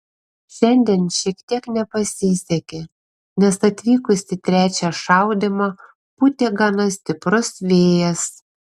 šiandien šiek tiek nepasisekė nes atvykus į trečią šaudymą pūtė gana stiprus vėjas